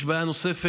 יש בעיה נוספת